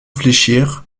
fléchir